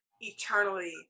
eternally